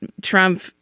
Trump